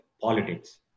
politics